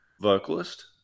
vocalist